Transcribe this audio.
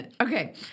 Okay